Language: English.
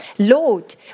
Lord